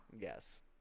Yes